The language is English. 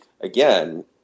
again